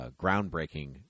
groundbreaking